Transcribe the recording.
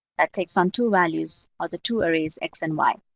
that takes on two values or the two areas, x and y.